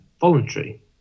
voluntary